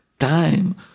Time